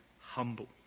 humble